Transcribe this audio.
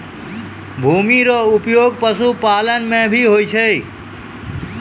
भूमि रो उपयोग पशुपालन मे भी हुवै छै